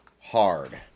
hard